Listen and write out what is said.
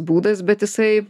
būdas bet jisai